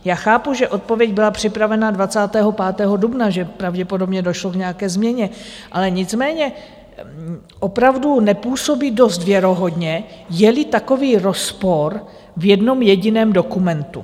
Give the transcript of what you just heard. Já chápu, že odpověď byla připravena 25. dubna, že pravděpodobně došlo k nějaké změně, nicméně opravdu nepůsobí dost věrohodně, jeli takový rozpor v jednom jediném dokumentu.